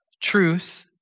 truth